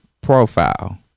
profile